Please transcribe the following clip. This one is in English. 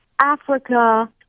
Africa